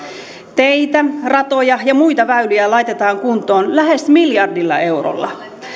teitä ratoja ja muita väyliä laitetaan kuntoon lähes miljardilla eurolla